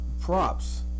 props